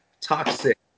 Toxic